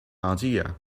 idea